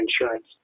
insurance